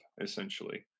essentially